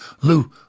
Lou